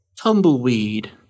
tumbleweed